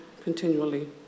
continually